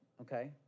okay